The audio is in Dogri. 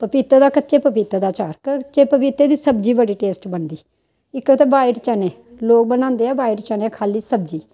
पपीते दा कच्चे पपीते दा अचार कच्चे पपीते दी सब्जी बड़ी टेस्ट बनदी इक ते बाइट चने लोग बनांदे ऐ बाइट चने खाल्ली सब्जी